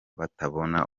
batabona